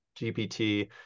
GPT